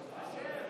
קבוצת סיעת